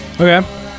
Okay